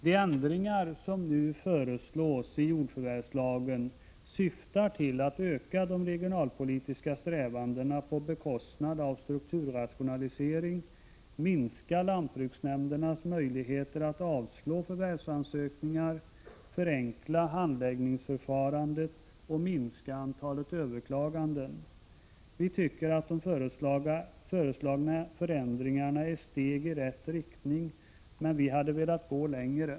De ändringar som nu föreslås i jordförvärvslagen syftar till att öka de regionalpolitiska strävandena på bekostnad av strukturrationalisering, minskalantbruksnämndernas möjligheter att avslå förvärvsansökningar, förenkla handläggningsförfarandet och minska antalet överklaganden. Vi tycker att de föreslagna förändringarna är steg i rätt riktning, men vi hade velat gå längre.